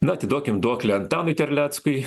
na atiduokim duoklę antanui terleckui